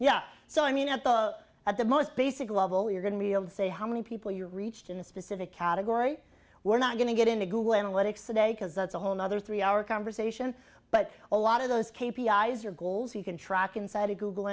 yeah so i mean at the at the most basic level you're going to be able to say how many people you reached in a specific category we're not going to get into google analytics today because that's a whole nother three hour conversation but a lot of those guys are goals you can track inside a google